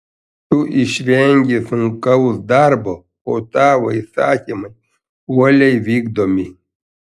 tu išvengi sunkaus darbo o tavo įsakymai uoliai vykdomi